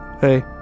Hey